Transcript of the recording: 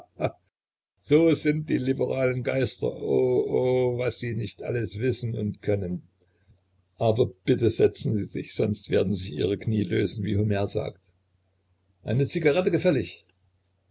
so sind die liberalen geister o o was sie nicht alles wissen und können aber bitte setzen sie sich sonst werden sich ihre knie lösen wie homer sagt eine zigarette gefällig